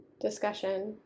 Discussion